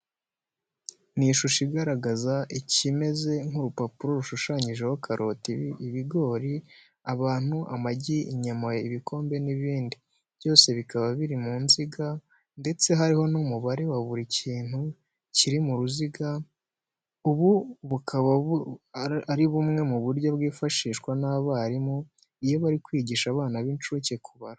Ni ishusho igaragaza ikimeze nk'urupapuro rushushanyijeho karoti, ibigori, abantu, amagi, inyanya, ibikombe n'ibindi. Byose bikaba biri mu nziga ndetse hariho n'umubare wa buri kintu kiri mu ruziga. Ubu bukaba ari bumwe mu buryo bwifashishwa n'abarimu iyo bari kwigisha abana b'incuke kubara.